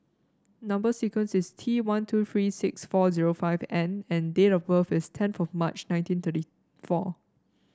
number sequence is T one two three six four zero five N and date of birth is tenth of March nineteen thirty four